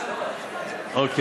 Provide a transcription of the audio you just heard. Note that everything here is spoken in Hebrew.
בזמנים.